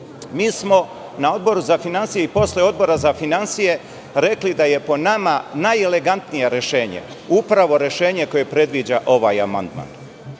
kontrolu. Na Odboru za finansije i posle Odbora za finansije smo rekli da je po nama najelegantnije rešenje rešenje koje predviđa ovaj amandman,